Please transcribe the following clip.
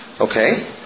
Okay